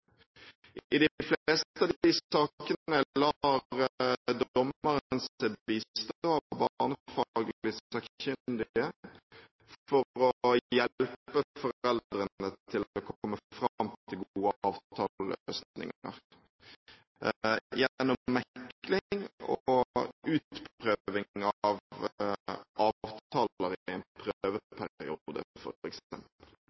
I de fleste av de sakene lar dommeren seg bistå av barnefaglig sakkyndige for å hjelpe foreldrene til å komme fram til gode avtaleløsninger gjennom mekling og utprøving av